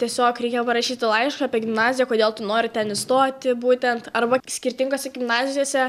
tiesiog reikia parašyti laišką apie gimnaziją kodėl tu nori ten įstoti būtent arba skirtingose gimnazijose